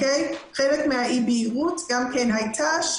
חלק מהאי בהירות גם כן הייתה,